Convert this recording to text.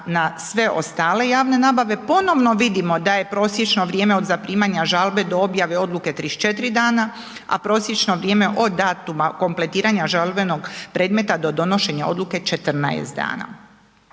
na sve ostale javne nabave ponovno vidimo da je prosječno vrijeme od zaprimanja žalbe do objave odluke 34 dana, a prosječno vrijeme od datuma kompletiranja žalbenog predmeta do donošenja odluke 14 dana.